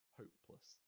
hopeless